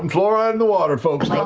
um fluoride in the water folks,